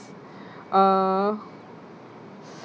uh